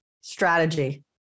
strategy